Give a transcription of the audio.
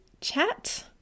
chat